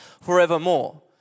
forevermore